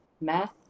math